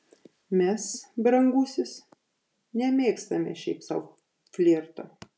mes brangusis nemėgstame šiaip sau flirto